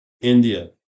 India